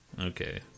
Okay